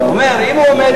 הוא אומר: אם הוא עומד,